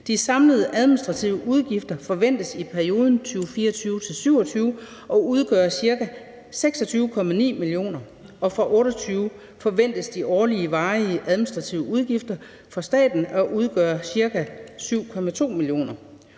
De samlede administrative udgifter forventes i perioden 2024-27 at udgøre ca. 26,9 mio. kr. Fra 2028 forventes de årlige varige administrative udgifter for staten at udgøre ca. 7,2 mio.